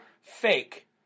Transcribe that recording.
fake